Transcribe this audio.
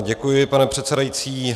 Děkuji, pane předsedající.